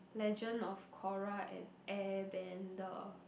legend of korra and air bender